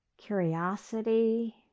curiosity